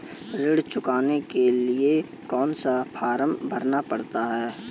ऋण चुकाने के लिए कौन सा फॉर्म भरना पड़ता है?